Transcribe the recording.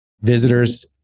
visitors